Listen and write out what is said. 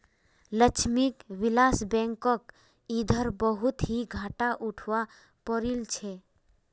लक्ष्मी विलास बैंकक इधरे बहुत ही घाटा उठवा पो रील छे